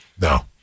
No